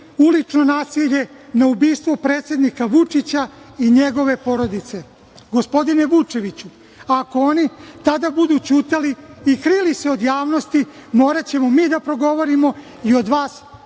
ulično nasilje, na ubistvo predsednika Vučića i njegove porodice. Gospodine Vučeviću, ako oni tada budu ćutali i krili se od javnosti, moraćemo mi da progovorimo i od vas